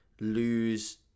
lose